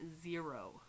zero